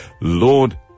Lord